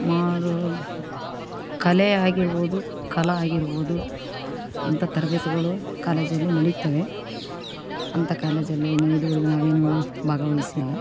ಮಾಡೋ ಕಲೆ ಆಗಿರ್ಬೋದು ಕಲಾ ಆಗಿರ್ಬೋದು ಇಂಥ ತರಬೇತಿಗಳು ಕಾಲೇಜಲ್ಲಿ ನಡೀತ್ತವೆ ಅಂಥ ಕಾಲೇಜಲ್ಲೆ ಇದು ನಾವೇನು ಭಾಗವಯಿಸಿಲ್ಲ